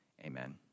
Amen